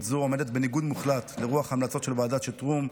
זו עומדת בניגוד מוחלט לרוח ההמלצות של ועדת שטרום,